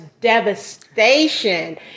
devastation